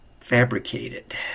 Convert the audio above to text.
fabricated